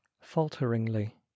falteringly